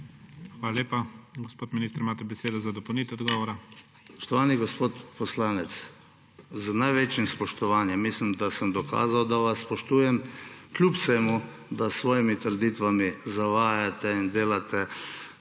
Hvala lepa. Gospod minister, imate besedo, za dopolnitev odgovora. **ZDRAVKO POČIVALŠEK:** Spoštovani gospod poslanec, z največjim spoštovanjem, mislim, da sem dokazal, da vas spoštujem, kljub temu da s svojimi trditvami zavajate in delate